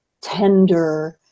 tender